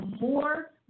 more